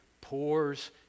pours